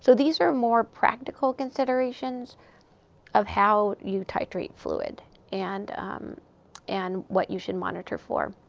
so these are more practical considerations of how you titrate fluid and and what you should monitor for.